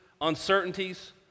uncertainties